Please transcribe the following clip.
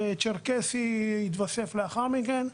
הצ׳רקסי התווסף לאחר מכן.